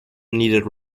needed